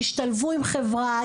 השתלבו בחברה,